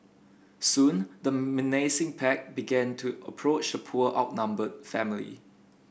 soon the menacing pack began to approach the poor outnumbered family